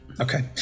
Okay